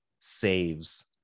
saves